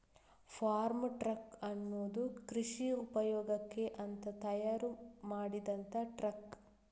form truck ಅನ್ನುದು ಕೃಷಿ ಉಪಯೋಗಕ್ಕೆ ಅಂತ ತಯಾರು ಮಾಡಿದಂತ ಟ್ರಕ್